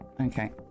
Okay